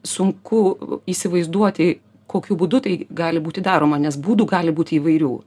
sunku įsivaizduoti kokiu būdu tai gali būti daroma nes būdų gali būti įvairių